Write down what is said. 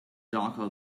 darker